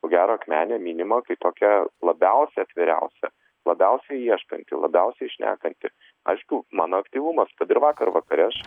ko gero akmenė minima kaip tokia labiausiai atviriausia labiausiai ieškanti labiausiai šnekanti aišku mano aktyvumas ir vakar vakare aš